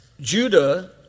Judah